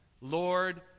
Lord